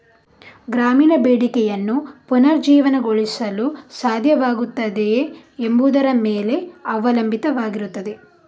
ಗ್ರಾಮೀಣ ಬೇಡಿಕೆಯನ್ನು ಪುನರುಜ್ಜೀವನಗೊಳಿಸಲು ಸಾಧ್ಯವಾಗುತ್ತದೆಯೇ ಎಂಬುದರ ಮೇಲೆ ಅವಲಂಬಿತವಾಗಿರುತ್ತದೆ